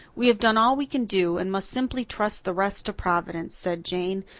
we have done all we can do and must simply trust the rest to providence, said jane,